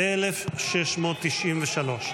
-- 1693.